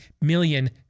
million